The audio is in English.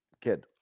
kid